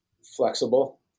flexible